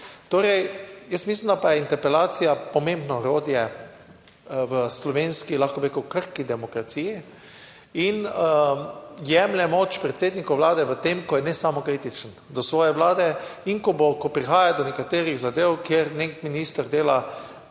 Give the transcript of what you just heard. mislim, da pa je interpelacija pomembno orodje v slovenski, lahko bi rekel, krhki demokraciji in jemlje moč predsedniku Vlade v tem, ko je ne samo kritičen do svoje Vlade in ko bo, ko prihaja do nekaterih zadev, kjer nek minister dela